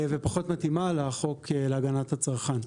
ופחות מתאימה לחוק להגנת הצרכן.